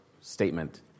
statement